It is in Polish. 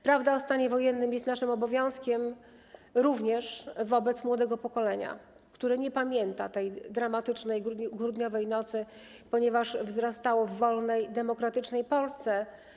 Prawda o stanie wojennym jest naszym obowiązkiem również wobec młodego pokolenia, które nie pamięta tej dramatycznej grudniowej nocy, ponieważ wzrastało w wolnej, demokratycznej Polsce.